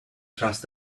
trust